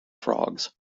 frogs